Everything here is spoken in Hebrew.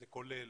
זה כולל